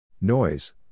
Noise